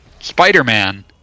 Spider-Man